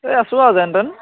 এই আছো আৰু যেন তেন